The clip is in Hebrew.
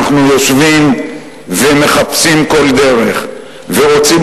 אנחנו יושבים ומחפשים כל דרך ורוצים